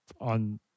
on